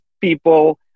people